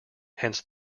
hence